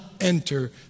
enter